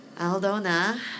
Aldona